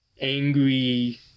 angry